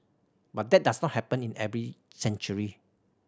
but that does not happen in every century